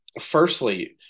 Firstly